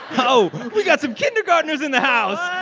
oh, we got some kindergartners in the house